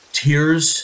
tears